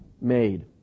made